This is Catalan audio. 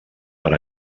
per